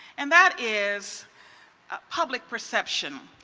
and that is public perception.